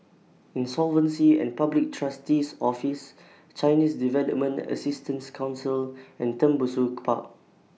Insolvency and Public Trustee's Office Chinese Development Assistance Council and Tembusu Park